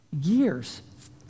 years